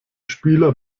spieler